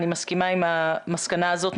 אני מסכימה עם המסקנה הזאת.